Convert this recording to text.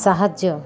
ସାହାଯ୍ୟ